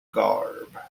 garb